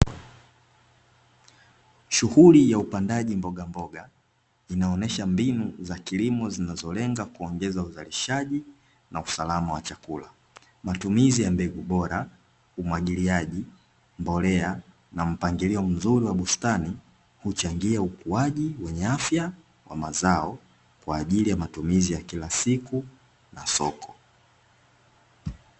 Shughuli ya upandaji mbogamboga, inaonesha mbinu za kilimo zinazolenga kuongeza uzalishaji na usalama wa chakula. Matumizi ya mbegu bora, umwagiliaji, mbolea, na mpangilio mzuri wa bustani, huchangia ukuaji wenye afya wa mazao kwa ajili ya matumizi ya kila siku na soko.